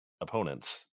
opponents